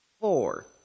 Four